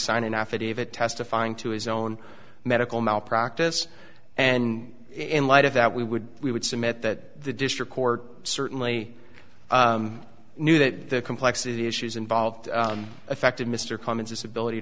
sign an affidavit testifying to his own medical malpractise and in light of that we would we would submit that the district court certainly knew that the complexity issues involved affected mr cummins his ability